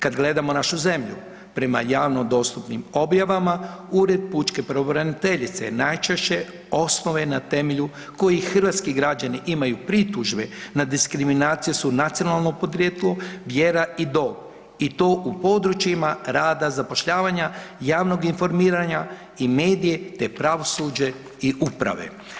Kad gledamo našu zemlju prema javno dostupnim objavama Ured pučke pravobraniteljice najčešće osnove na temelju kojih hrvatski građani imaju pritužbe na diskriminaciju su nacionalno podrijetlo, vjera i dob i to u područjima rada, zapošljavanja, javnog informiranja i medije te pravosuđe i uprave.